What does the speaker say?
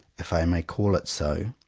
if i may call it so,